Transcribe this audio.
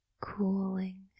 cooling